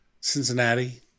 Cincinnati